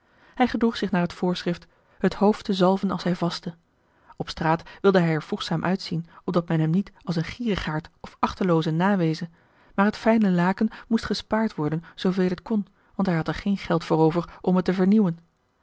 hij gedroeg zich naar het voorschrift het hoofd te zalven als hij vastte op straat wilde hij er voegzaam uitzien opdat men hem niet als een gierigaard of achtelooze naweze maar het fijne laken moest gespaard worden zooveel het kon want hij had er geen geld voor over om het te vernieuwen